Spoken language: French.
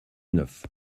neuf